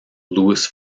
lewis